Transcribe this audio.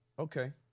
Okay